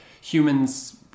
humans